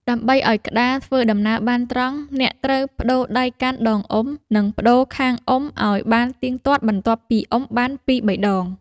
ដើម្បីឱ្យក្តារធ្វើដំណើរបានត្រង់ អ្នកត្រូវប្ដូរដៃកាន់ដងអុំ និងប្ដូរខាងអុំឱ្យបានទៀងទាត់បន្ទាប់ពីអុំបានពីរបីដង។